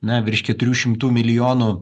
na virš keturių šimtų milijonų